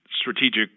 strategic